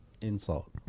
insult